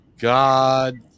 God